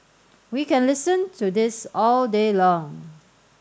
we can listen to this all day long